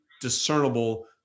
discernible